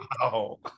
Wow